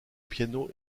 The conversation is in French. piano